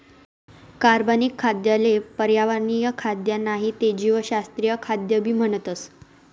कार्बनिक खाद्य ले पर्यावरणीय खाद्य नाही ते जीवशास्त्रीय खाद्य भी म्हणतस